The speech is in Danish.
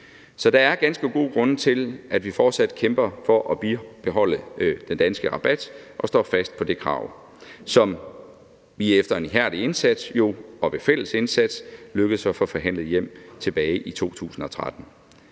Så der er ganske gode grunde til, at vi fortsat kæmper for at bibeholde den danske rabat og står fast på det krav, som vi efter en ihærdig og fælles indsats lykkedes med at få forhandlet hjem tilbage i 2013.